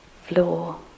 floor